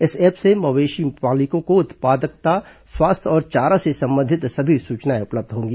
इस ऐप से मवेशी मालिकों को उत्पादकता स्वास्थ्य और चारा से संबंधित सभी सूचनाएं उपलब्ध होंगी